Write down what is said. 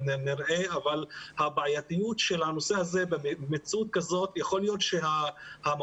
אבל הבעייתיות של הנושא הזה במציאות הזאת יכול להיות שלמועצה